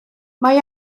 mae